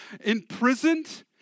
imprisoned